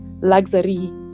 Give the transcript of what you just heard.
luxury